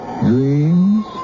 dreams